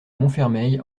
montfermeil